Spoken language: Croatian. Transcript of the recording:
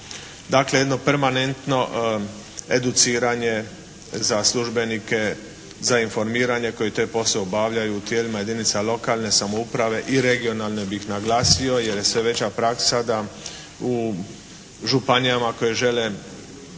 Dakle, jedno permanentno educiranje za službenike, za informiranje koji taj posao obavljaju u tijelima jedinica lokalne samouprave i regionalne bih naglasio, jer je sve veća praksa da u županijama koje žele